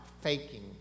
faking